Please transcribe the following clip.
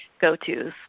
go-tos